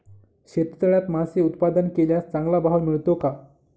शेततळ्यात मासे उत्पादन केल्यास चांगला भाव मिळतो का?